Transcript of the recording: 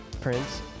prince